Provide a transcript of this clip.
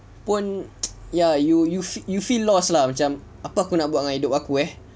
pun ya you you should you feel lost lah macam apa kau nak buat dengan hidup aku eh